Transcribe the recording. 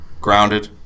grounded